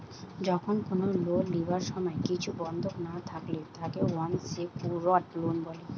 যখন কোনো লোন লিবার সময় কিছু বন্ধক না থাকলে তাকে আনসেক্যুরড লোন বলে